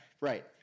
Right